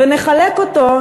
ונחלק אותו,